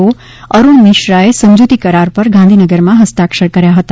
ઓ અરૂણ મિશ્રાએ સમજૂતી કરાર ઉપર ગાંધીનગર માં હસ્તાક્ષર કર્યા હતા